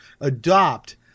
adopt